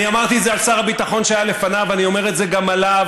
אני אמרתי את זה על שר הביטחון שהיה לפניו ואני אומר את זה גם עליו,